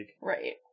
Right